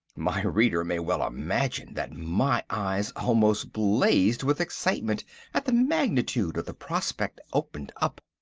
my reader may well imagine that my eyes almost blazed with excitement at the magnitude of the prospect opened up.